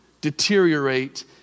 deteriorate